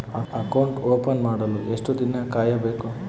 Account open ಮಾಡಲು ಎಷ್ಟು ದಿನ ಕಾಯಬೇಕು?